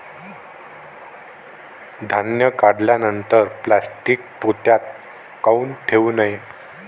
धान्य काढल्यानंतर प्लॅस्टीक पोत्यात काऊन ठेवू नये?